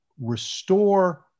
restore